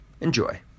Enjoy